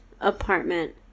apartment